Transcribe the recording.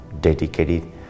dedicated